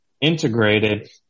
integrated